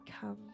come